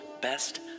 best